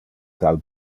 tal